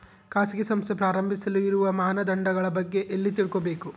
ಖಾಸಗಿ ಸಂಸ್ಥೆ ಪ್ರಾರಂಭಿಸಲು ಇರುವ ಮಾನದಂಡಗಳ ಬಗ್ಗೆ ಎಲ್ಲಿ ತಿಳ್ಕೊಬೇಕು?